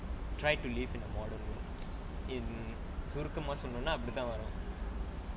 tried to live in a modern world in சுருக்கமா சொல்லனும்னா அப்பிடி தான் வரும்:surukamaa sollanumnaa appadi thaan varum